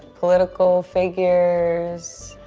political figures.